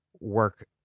work